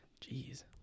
Jeez